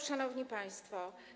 Szanowni Państwo!